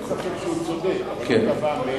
אין ספק שהוא צודק, אבל אם הוא תבע 100